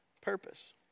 purpose